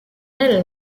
elle